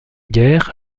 guerre